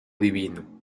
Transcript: divino